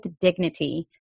Dignity